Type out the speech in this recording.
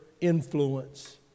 influence